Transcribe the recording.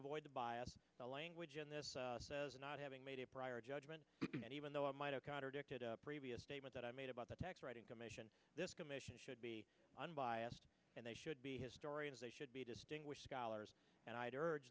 avoid the bias the language in this says not having made a prior judgment even though i might have contradicted a previous statement that i made about the tax writing commission this commission should be unbiased and they should be historians they should be distinguished scholars and i'd heard